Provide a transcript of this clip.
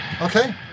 Okay